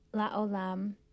Laolam